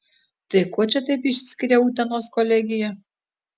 tai kuo čia taip išsiskiria utenos kolegija